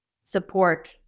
support